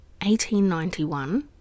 1891